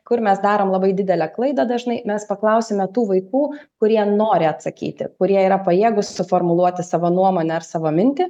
kur mes darom labai didelę klaidą dažnai mes paklausiame tų vaikų kurie nori atsakyti kurie yra pajėgus suformuluoti savo nuomonę ar savo mintį